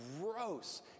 gross